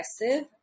aggressive